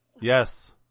Yes